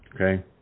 Okay